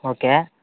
okay